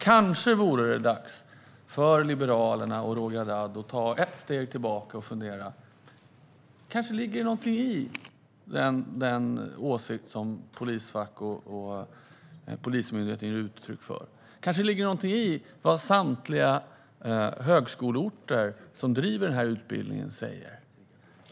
Kanske vore det dags för Liberalerna och Roger Haddad att ta ett steg tillbaka och fundera på om det ligger någonting i den åsikt som polisfacket och Polismyndigheten ger uttryck för. Kanske ligger det någonting i vad samtliga högskoleorter som driver denna utbildning säger.